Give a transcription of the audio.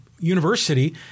University